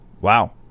wow